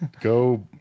Go